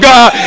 God